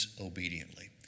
obediently